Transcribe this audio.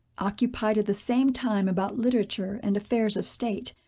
occupied at the same time about literature, and affairs of state,